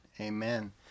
amen